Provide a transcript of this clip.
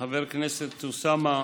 חבר הכנסת אוסאמה,